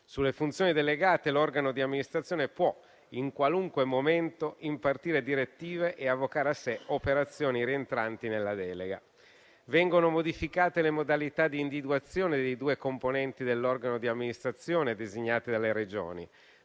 Sulle funzioni delegate, l'organo di amministrazione può in qualunque momento6 impartire direttive e avocare a sé operazioni rientranti nella delega. Vengono modificate le modalità di individuazione dei due componenti dell'organo di amministrazione designati dalle Regioni: